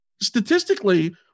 Statistically